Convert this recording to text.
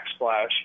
backsplash